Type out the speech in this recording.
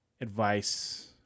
advice